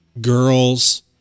girls